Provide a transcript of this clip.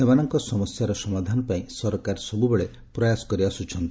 ସେମାନଙ୍କ ସମସ୍ୟାର ସମାଧାନ ପାଇଁ ସରକାର ସବୁବେଳେ ପ୍ରୟାସ କରି ଆସୁଛନ୍ତି